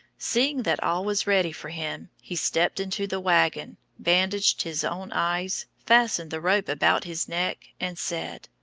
seeing that all was ready for him, he stepped into the wagon, bandaged his own eyes, fastened the rope about his neck and said,